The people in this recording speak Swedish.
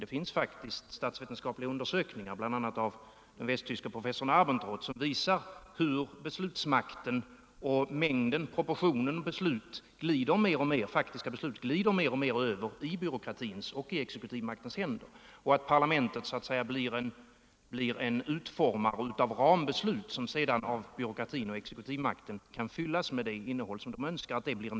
Det finns faktiskt statsvetenskapliga undersökningar, bl.a. av den västtyske professorn Wolfgang Abendroth, som visar hur beslutsmakten och proportionen av faktiska beslut mer och mer glider över i byråkratins och i exekutivmaktens händer samt att parlamentet så att säga blir en utformare av rambeslut som därefter av byråkratin och exekutivmakten kan fyllas med det innehåll man önskar.